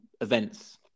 events